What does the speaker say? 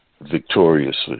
victoriously